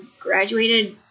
graduated